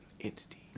Entity